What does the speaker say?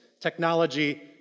Technology